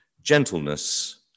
gentleness